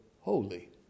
holy